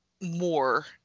more